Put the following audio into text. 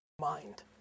mind